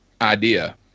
idea